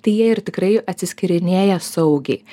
tai jie ir tikrai atsiskirinėja saugiai